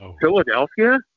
Philadelphia